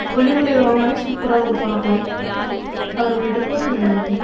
கொல்லிமலையில் வாங்குனாவே சூப்பராக இருக்கும் பலாப்பலம் அப்புறமேட்டுக்கு